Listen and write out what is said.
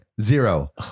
Zero